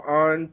on